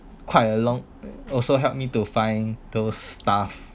quite a long also helped me to find those stuff